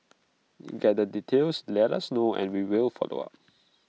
get the details let us know and we will follow up